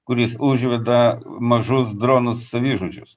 kuris užveda mažus dronus savižudžius